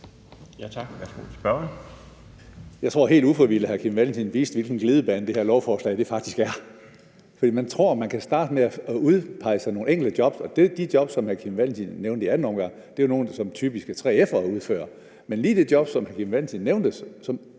Jeg tror, at hr. Kim Valentin helt ufrivilligt viste, hvilken glidebane det her lovforslag faktisk er. For man tror, man kan starte med at udpege sådan nogle enkelte jobs, og de jobs, som hr. Kim Valentin nævnte i anden omgang, er jo nogle, som typisk udføres af 3F'ere. Men lige det job, som hr. Kim Valentin nævnte,